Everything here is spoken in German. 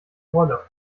rolle